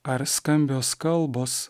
ar skambios kalbos